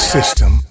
System